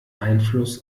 einfluss